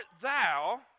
thou